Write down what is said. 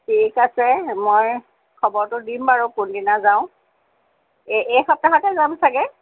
ঠিক আছে মই খবৰটো দিম বাৰু কোনদিনা যাওঁ এ এই সপ্তাহতে যাম চাগৈ